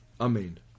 amen